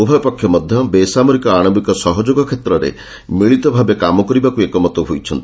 ଉଭୟପକ୍ଷ ମଧ୍ୟ ବେସାମରିକ ଆଣବିକ ସହଯୋଗ କ୍ଷେତ୍ରରେ ମିଳିତ ଭାବେ କାମ କରିବାକୁ ଏକମତ ଅଛନ୍ତି